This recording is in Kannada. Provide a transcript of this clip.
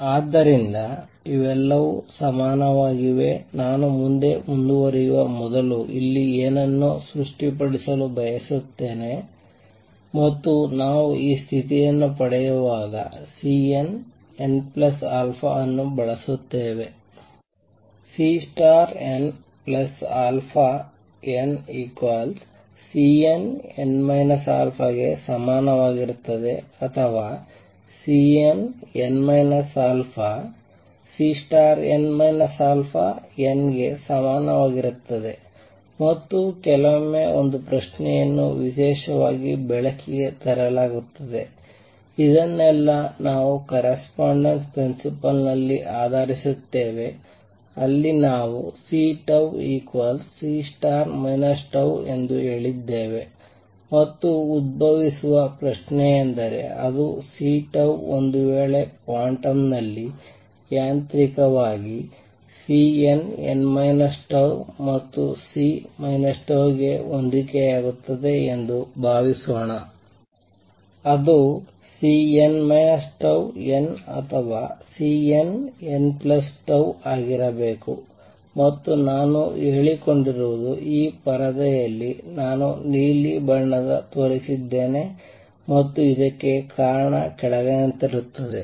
ಆದ್ದರಿಂದ ಇವೆಲ್ಲವೂ ಸಮಾನವಾಗಿವೆ ನಾನು ಮುಂದೆ ಮುಂದುವರಿಯುವ ಮೊದಲು ಇಲ್ಲಿ ಏನನ್ನೋ ಸ್ಪಷ್ಟಪಡಿಸಲು ಬಯಸುತ್ತೇನೆ ಮತ್ತು ನಾವು ಈ ಸ್ಥಿತಿಯನ್ನು ಪಡೆಯುವಾಗ Cnn ಅನ್ನು ಬಳಸುತ್ತೇವೆ Cnn Cnn α ಗೆ ಸಮನಾಗಿರುತ್ತದೆ ಅಥವಾ Cnn α Cn αnಗೆ ಸಮನಾಗಿರುತ್ತದೆ ಮತ್ತು ಕೆಲವೊಮ್ಮೆ ಒಂದು ಪ್ರಶ್ನೆಯನ್ನು ವಿಶೇಷವಾಗಿ ಬೆಳಕಿಗೆ ತರಲಾಗುತ್ತದೆ ಇದನ್ನೆಲ್ಲ ನಾವು ಕರೆಸ್ಪಾಂಡೆನ್ಸ್ ಪ್ರಿನ್ಸಿಪಲ್ ನಲ್ಲಿ ಆಧರಿಸಿದ್ದೇವೆ ಅಲ್ಲಿ ನಾವು CC ಎಂದು ಹೇಳಿದ್ದೇವೆ ಮತ್ತು ಉದ್ಭವಿಸುವ ಪ್ರಶ್ನೆಯೆಂದರೆ ಅದು C ಒಂದುವೇಳೆ ಕ್ವಾಂಟಂನಲ್ಲಿ ಯಾಂತ್ರಿಕವಾಗಿ Cnn ಮತ್ತು C ಗೆ ಹೊಂದಿಕೆಯಾಗುತ್ತದೆ ಎಂದು ಭಾವಿಸೋಣ ಅದು Cn τn ಅಥವಾ Cnn ಆಗಿರಬೇಕು ಮತ್ತು ನಾನು ಹೇಳಿಕೊಂಡಿರುವುದು ಈ ಪರದೆಯಲ್ಲಿ ನಾನು ನೀಲಿ ಬಣ್ಣದಲ್ಲಿ ತೋರಿಸಿದ್ದೇನೆ ಮತ್ತು ಇದಕ್ಕೆ ಕಾರಣ ಈ ಕೆಳಗಿನಂತಿರುತ್ತದೆ